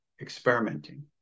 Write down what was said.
experimenting